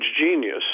genius